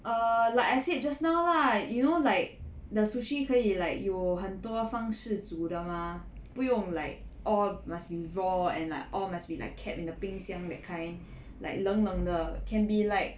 err like I said just now lah you know like the sushi 可以 like 有很多方式煮的 mah 不用 like all must be raw and like all must be like kept in the 冰箱 that kind like 冷冷的 can be like